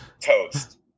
toast